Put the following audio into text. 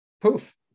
Poof